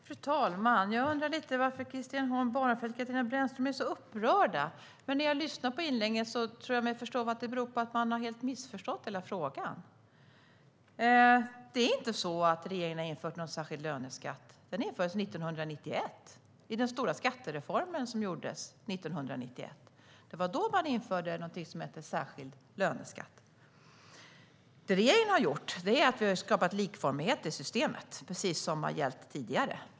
Fru talman! Jag undrar lite varför Christian Holm Barenfeld och Katarina Brännström är så upprörda. När jag lyssnar på inläggen tror jag mig förstå att det beror på att de har missförstått hela frågan. Det är inte så att regeringen har infört någon särskild löneskatt. Den infördes 1991 i den stora skattereformen som gjordes. Det var då man införde någonting som hette särskild löneskatt. Det regeringen har gjort är att vi har skapat likformighet i systemet, precis som har gällt tidigare.